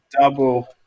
double